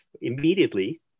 immediately